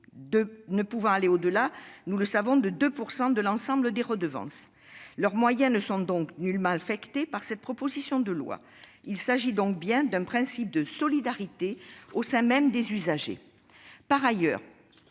ne pouvant aller au-delà de 2 % de l'ensemble des redevances. Leurs moyens ne sont nullement affectés par cette proposition de loi. Il s'agit donc d'un principe de solidarité au sein même des usagers. Par ailleurs,